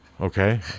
okay